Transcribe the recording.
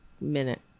minute